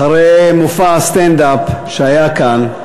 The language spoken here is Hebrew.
אחרי מופע הסטנד-אפ שהיה כאן,